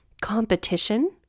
competition